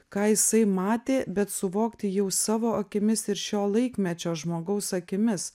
ką jisai matė bet suvokti jau savo akimis ir šio laikmečio žmogaus akimis